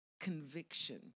conviction